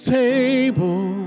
table